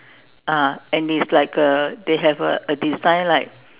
ah and it's like a they have a a design like